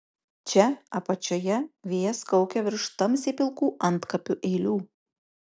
čia apačioje vėjas kaukia virš tamsiai pilkų antkapių eilių